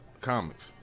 Comics